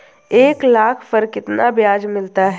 एक लाख पर कितना ब्याज मिलता है?